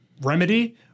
remedy